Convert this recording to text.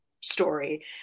story